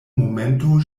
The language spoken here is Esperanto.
momento